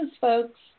folks